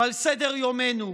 על סדר-יומנו.